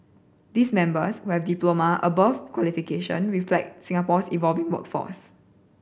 these members who have diploma above qualification reflect Singapore's evolving workforce